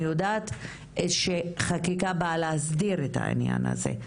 אני יודעת שחקיקה באה להסדיר את העניין הזה,